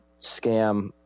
scam